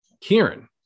Kieran